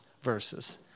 verses